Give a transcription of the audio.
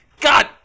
God